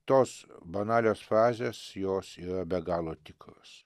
tos banalios frazės jos yra be galo tikros